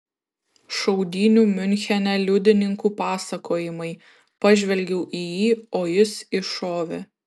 šaudynių miunchene liudininkų pasakojimai pažvelgiau į jį o jis iššovė